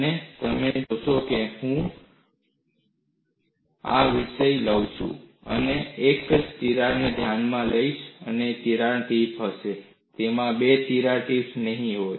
અને તમે જાણો છો કે જ્યારે હું આ વિષય લઉં છું ત્યારે હું એક જ તિરાડને ધ્યાનમાં લઈશ જેમાં એક તિરાડ ટિપ હશે તેમાં બે તિરાડ ટીપ્સ નહીં હોય